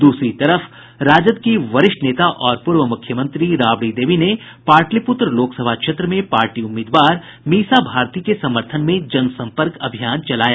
दूसरी तरफ राजद की वरिष्ठ नेता और पूर्व मुख्यमंत्री राबड़ी देवी ने पाटलिपुत्र लोकसभा क्षेत्र में पार्टी उम्मीदवार मीसा भारती के समर्थन में जनसंपर्क अभियान चलाया